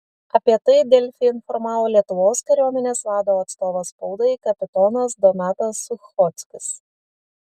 apie tai delfi informavo lietuvos kariuomenės vado atstovas spaudai kapitonas donatas suchockis